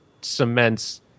cements